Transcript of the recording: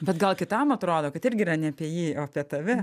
bet gal kitam atrodo kad irgi yra ne apie jį o apie tave